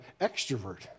extrovert